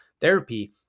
therapy